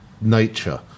nature